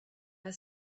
her